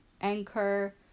Anchor